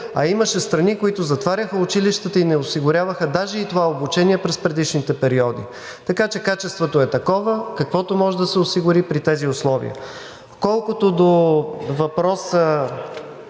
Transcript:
а имаше страни, които затваряха училищата и не осигуряваха даже и това обучение през предишните периоди. Така че качеството е такова, каквото може да се осигури при тези условия. Колкото до въпроса